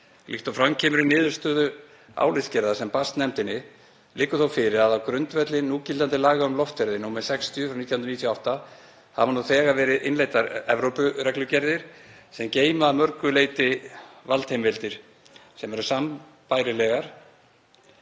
Líkt og fram kemur í niðurstöðu álitsgerðar sem barst nefndinni liggur þó fyrir að á grundvelli núgildandi laga um loftferðir, nr. 60/1998, hafa nú þegar verið innleiddar Evrópureglugerðir sem geyma að mörgu leyti valdheimildir sem eru sambærilegar